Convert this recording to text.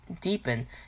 deepen